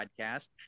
podcast